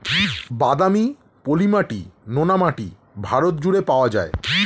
বাদামি, পলি মাটি, নোনা মাটি ভারত জুড়ে পাওয়া যায়